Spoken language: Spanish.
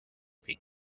fin